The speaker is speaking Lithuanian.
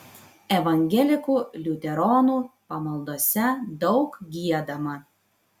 evangelikų liuteronų pamaldose daug giedama